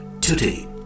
today